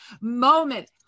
moment